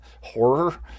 horror